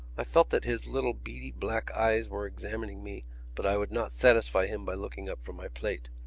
i felt that his little beady black eyes were examining me but i would not satisfy him by looking up from my plate.